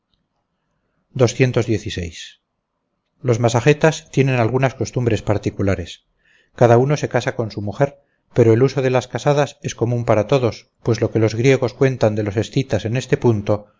los masagetas tienen algunas costumbres particulares cada uno se casa con su mujer pero el uso de las casadas es común para todos pues lo que los griegos cuentan de los escitas en este punto